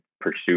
pursue